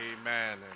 amen